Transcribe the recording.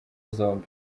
zombi